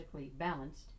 balanced